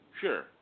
Sure